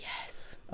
yes